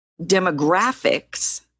demographics